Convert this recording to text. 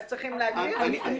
אז צריכים להגדיר את זה.